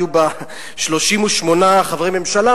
היו בה 38 חברי ממשלה,